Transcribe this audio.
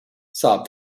sobbed